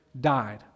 died